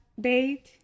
date